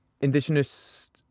Indigenous